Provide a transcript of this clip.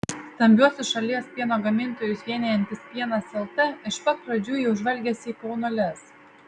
stambiuosius šalies pieno gamintojus vienijantis pienas lt iš pat pradžių jau žvalgėsi į kauno lez